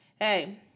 hey